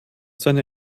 seine